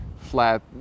flat